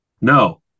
no